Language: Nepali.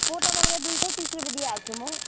पोटा तपईँको दुई सय तिस रुपियाँ दिइहाल्छु म